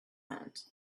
meant